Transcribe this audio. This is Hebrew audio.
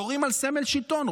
יורים על סמל שלטון.